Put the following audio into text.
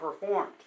performed